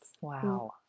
Wow